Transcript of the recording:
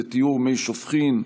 בטיהור מי שופכין,